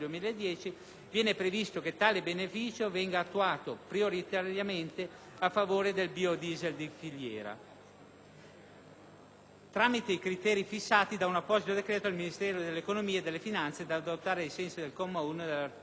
viene previsto che tale beneficio venga attuato prioritariamente a favore del biodiesel da filiera, tramite i criteri fissati da un apposito decreto del Ministro dell'economia e delle finanze da adottare ai sensi del comma 1 del citato